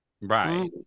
Right